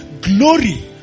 glory